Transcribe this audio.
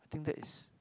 think that is